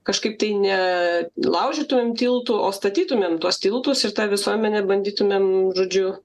kažkaip tai ne laužytumėm tiltų o statytume tuos tiltus ir tą visuomenę bandytumėm žodžiu